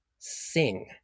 sing